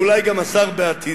ואולי גם השר בעתיד,